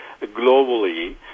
globally